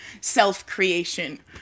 self-creation